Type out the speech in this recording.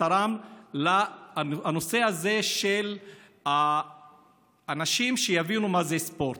תרם לנושא הזה שהאנשים יבינו מה זה ספורט.